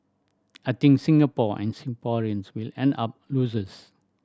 I think Singapore and Singaporeans will end up losers